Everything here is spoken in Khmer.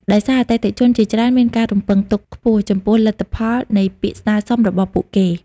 ដោយសារ អតិថិជនជាច្រើនមានការរំពឹងទុកខ្ពស់ចំពោះលទ្ធផលនៃពាក្យស្នើសុំរបស់ពួកគេ។